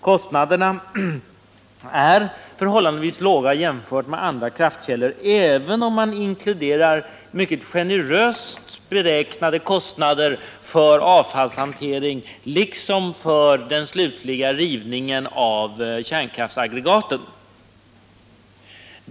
Kostnaderna är förhållandevis låga jämfört med andra kraftkällor — även om man inkluderar mycket generöst beräknade kostnader för avfallshantering liksom för den slutliga rivningen av kärnkraftsaggregaten.